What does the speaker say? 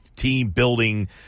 team-building